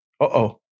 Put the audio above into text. Uh-oh